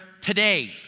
today